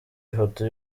ifoto